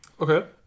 okay